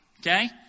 Okay